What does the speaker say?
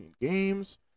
games